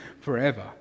forever